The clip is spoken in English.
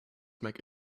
make